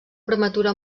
prematura